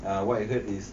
what I heard is